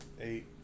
eight